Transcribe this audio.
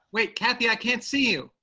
wait, kathy, i can't see you.